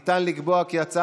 נא להצביע.